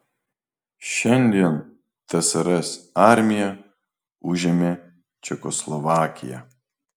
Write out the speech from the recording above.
šiandien tsrs armija užėmė čekoslovakiją